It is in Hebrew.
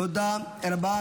תודה רבה,